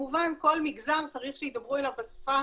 כמובן כל מגזר צריך שידברו אליו בשפה